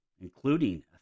including